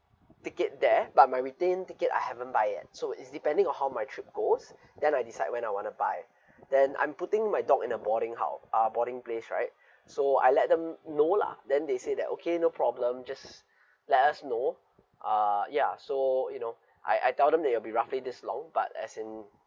ticket there but my return ticket I haven't buy yet so is depending on how my trip goes then I decide when I want to buy then I'm putting my dog in the boarding house uh boarding place right so I let them know lah then they say that okay no problem just let us know uh ya so you know I I tell them that it will be roughly this long but as in